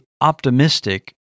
optimistic